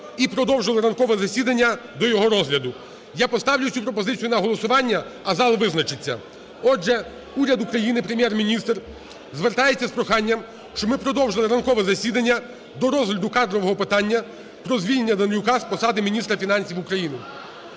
і продовжили ранкове засідання до його розгляду. Я поставлю цю пропозицію на голосування, а зал визначиться. Отже, уряд України, Прем'єр-міністр звертається з проханням, щоб ми продовжили ранкове засідання до розгляду кадрового питання про звільнення Данилюка з посади міністра фінансів України.